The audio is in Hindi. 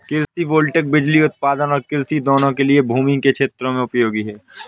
कृषि वोल्टेइक बिजली उत्पादन और कृषि दोनों के लिए भूमि के क्षेत्रों में उपयोगी है